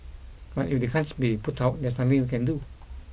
but if they can't be put out there's nothing we can do